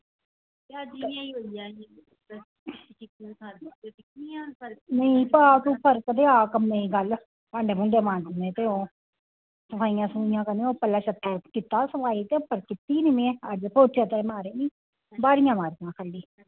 दोआऽ खाऽ ते होई जाह्ग फर्क ते भांडे मांजनें ते सफाइयां करनियां ते थल्लै कीती सफाई ते उप्पर ते अज्ज पोचा ते मारेआ निं ब्हारियां मारियां खाल्ली